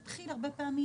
זה מתחיל הרבה פעמים